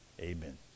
amen